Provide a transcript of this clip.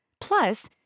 Plus